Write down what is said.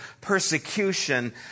persecution